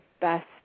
best